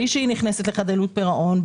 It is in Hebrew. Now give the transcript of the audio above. בלי שהיא נכנסת לחדלון פירעון,